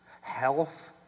Health